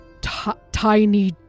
tiny